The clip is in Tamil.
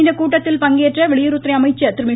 இந்த கூட்டத்தில் பங்கேற்ற வெளியுறவுத்துறை அமைச்சர் திருமதி